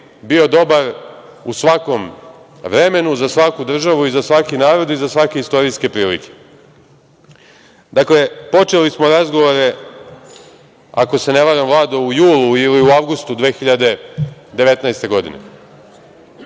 bio dobar u svakom vremenu za svaku državu i za svaki narod i za svake istorijske prilike. Dakle, počeli smo razgovore, ako se ne varam, Vlado, u julu ili avgustu 2019. godine.